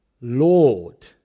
Lord